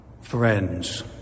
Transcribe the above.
Friends